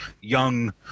young